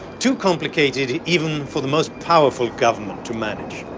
too complicated even for the most powerful government to manage.